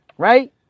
Right